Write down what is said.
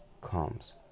comes